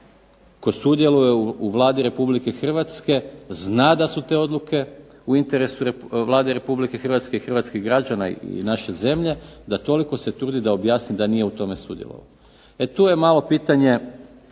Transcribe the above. tko sudjeluje u Vladi Republike Hrvatske zna da su te odluke u interesu Vlade Republike Hrvatske hrvatskih građana i naše zemlje da se toliko trudi da objasni da nije u tome sudjelovao. E tu je malo pitanje